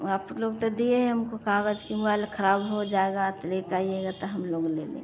आप लोग त दिए हैं हमको कागज के मोबाइल खराब हो जाएगा त लेते आईएगा तो हम लोग ले लेंगे